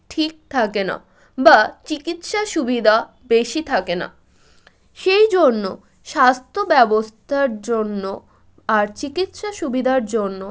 ঠিক থাকে না বা চিকিৎসা সুবিধা বেশি থাকে না সেই জন্য স্বাস্থ্য ব্যবস্থার জন্য আর চিকিৎসা সুবিধার জন্য